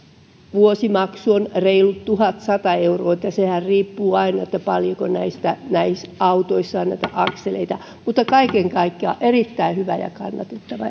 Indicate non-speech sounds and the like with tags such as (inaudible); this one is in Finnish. vuosimaksu on reilut tuhatsata euroa sehän riippuu aina siitä paljonko näissä autoissa on akseleita kaiken kaikkiaan erittäin hyvä ja kannatettava (unintelligible)